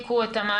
סגרו את חדרי